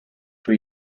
were